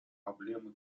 проблема